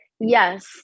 Yes